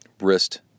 wrist